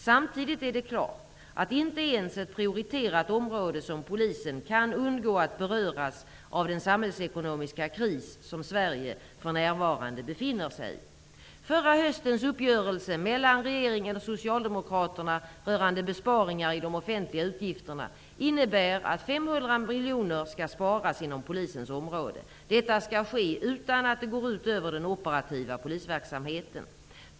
Samtidigt är det klart att inte ens ett prioriterat område som polisen kan undgå att beröras av den samhällsekonomiska kris som Sverige för närvarande befinner sig i. Socialdemokraterna rörande besparingar i de offentliga utgifterna innebär att 500 miljoner kronor skall sparas inom polisens område. Detta skall ske utan att det går ut över den operativa polisverksamheten.